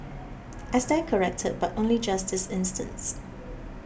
I stand corrected but only just this instance